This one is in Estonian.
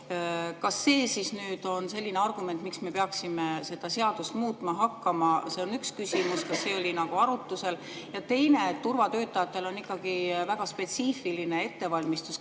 Kas see on nüüd selline argument, miks me peaksime seda seadust muutma hakkama? See on üks küsimus. Kas see oli arutusel? Ja teine, turvatöötajatel on ikkagi väga spetsiifiline ettevalmistus,